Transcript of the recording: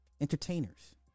entertainers